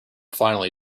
finally